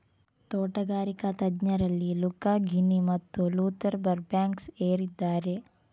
ತೋಟಗಾರಿಕಾ ತಜ್ಞರಲ್ಲಿ Luca Ghini ಮತ್ತು ಲೂಥರ್ ಬರ್ಬ್ಯಾಂಕ್ಸ್ ಏರಿದ್ದಾರೆ